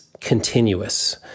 continuous